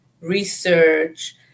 research